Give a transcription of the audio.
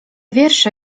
wiersze